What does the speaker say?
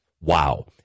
Wow